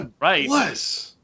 Right